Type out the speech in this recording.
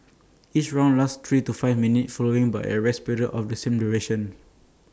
each round lasts three to five minutes following by A rest period of the same duration